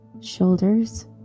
shoulders